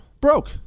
broke